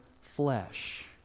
flesh